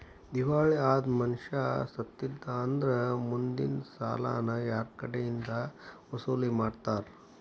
ದಿವಾಳಿ ಅದ್ ಮನಷಾ ಸತ್ತಿದ್ದಾ ಅಂದ್ರ ಮುಂದಿನ್ ಸಾಲಾನ ಯಾರ್ಕಡೆಇಂದಾ ವಸೂಲಿಮಾಡ್ತಾರ?